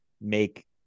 make